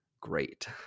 great